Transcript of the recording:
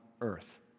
earth